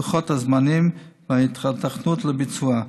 לוחות הזמנים וההיתכנות לביצוע.